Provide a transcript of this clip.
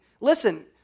listen